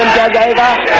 da da